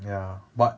ya but